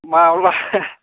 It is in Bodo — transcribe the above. माब्ला